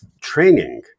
training